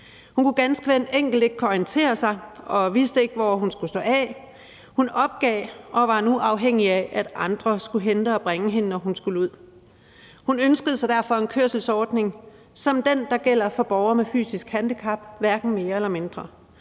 Hun kunne ganske enkelt ikke orientere sig og vidste ikke, hvor hun skulle stå af, så hun opgav og var nu afhængig af, at andre skulle hente og bringe hende, når hun skulle ud. Hun ønskede sig derfor en kørselsordning som den, der gælder for borgere med fysisk handicap – hverken mere eller mindre